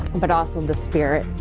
but also the spirit.